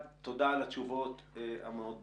תודה על התשובות המאוד ברורות.